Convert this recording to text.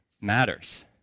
matters